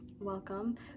welcome